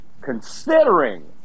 considering